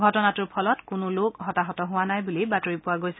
ঘটনাটোৰ ফলত কোনো লোক হতাহত হোৱা নাই বুলি বাতৰি পোৱা গৈছে